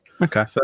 Okay